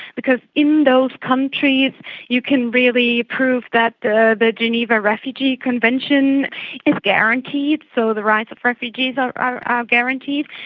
because in those countries you can really prove that the the geneva refugee convention is guaranteed, so the rights of refugees are are ah guaranteed.